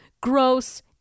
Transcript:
gross